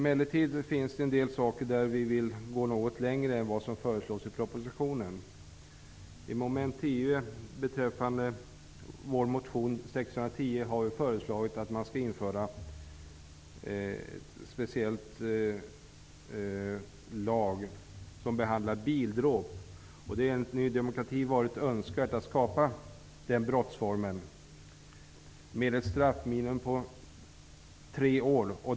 Det finns emellertid en del punkter där vi vill gå något längre än vad som föreslås i propositionen. I vår motion Ju610 -- under mom. 10 -- har vi föreslagit att man skall införa en speciell lagregel om bildråp. Det hade enligt Ny demokrati varit önskvärt att skapa den brottsformen med ett straffminimum på tre år.